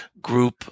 group